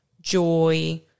joy